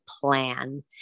plan